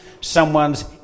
someone's